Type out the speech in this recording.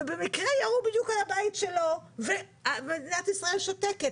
ובמקרה ירו בדיוק על הבית שלו ומדינת ישראל שותקת.